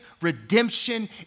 redemption